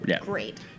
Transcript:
great